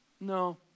No